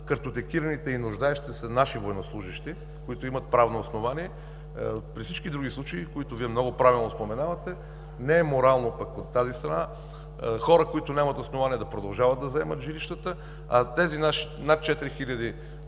картотекираните и нуждаещите се наши военнослужещи, които имат правно основание. При всички други случаи, които Вие много правилно упоменавате, не е морално пък от тази страна хора, които нямат основание да продължават да заемат жилищата, а тези наши над 4